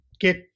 get